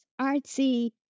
artsy